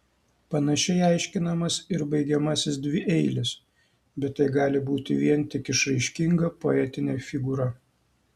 panašiai aiškinamas ir baigiamasis dvieilis bet tai gali būti vien tik išraiškinga poetinė figūra